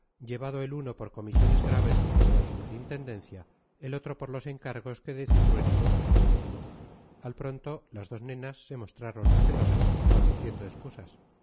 llevado el uno por comisiones graves de la real superintendencia el otro por los encargos que de cintruénigo traía al pronto las dos nenas se mostraron recelosas balbuciendo excusas